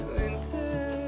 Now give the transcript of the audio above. Winter